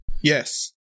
Yes